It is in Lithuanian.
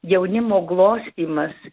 jaunimo glostymas